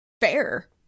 fair